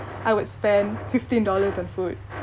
I would spend fifteen dollars on food